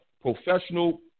Professional